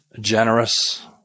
generous